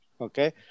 okay